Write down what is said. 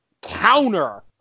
counter